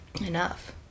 enough